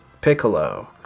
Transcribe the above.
Piccolo